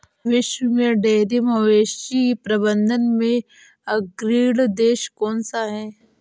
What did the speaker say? विश्व में डेयरी मवेशी प्रबंधन में अग्रणी देश कौन सा है?